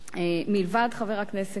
מלבד חבר הכנסת כבל,